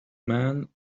man